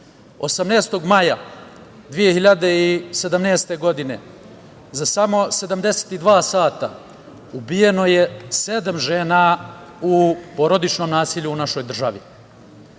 18. maja 2017. godine, za samo 72 sata ubijeno je sedam žena u porodičnom nasilju u našoj državi.